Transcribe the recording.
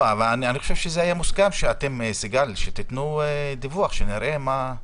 אני חושב שהיה מוסכם שתיתנו דיווח כדי שנוכל לראות.